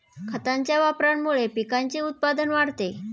खतांच्या वापरामुळे पिकाचे उत्पादन वाढते